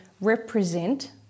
represent